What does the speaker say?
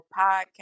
Podcast